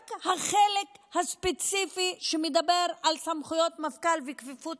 רק החלק הספציפי שמדבר על סמכויות מפכ"ל וכפיפות